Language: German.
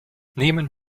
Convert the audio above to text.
nehmen